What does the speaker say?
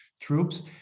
troops